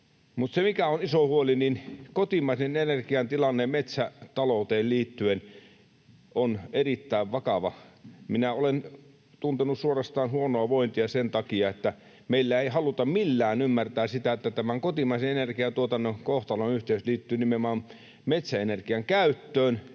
Mutta se, mistä on iso huoli, on se, että kotimaisen energian tilanne metsätalouteen liittyen on erittäin vakava. Minä olen tuntenut suorastaan huonoa vointia sen takia, että meillä ei haluta millään ymmärtää sitä, että tämän kotimaisen energiantuotannon kohtalonyhteys liittyy nimenomaan metsäenergian käyttöön.